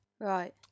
Right